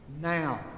now